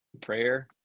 prayer